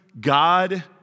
God